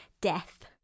Death